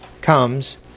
comes